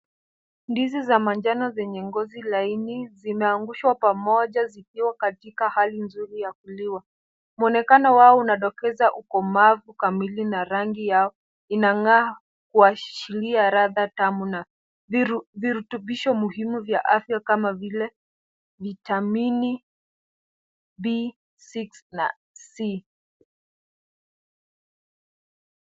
Ndizi za manjano zenye ngozi laini, zimeangushwa pamoja zikiwa katika hali nzuri ya kuliwa. Mwonekano wao unadokeza ukomavu kamili na rangi yao inang'aa kuashiria ladha tamu na virutubisho muhimu vya afya kama vile, vitamini B6 na C